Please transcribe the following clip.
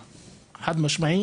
ומחמירה חד משמעית.